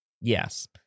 Yes